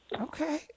Okay